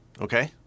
Okay